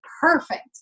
perfect